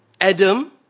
Adam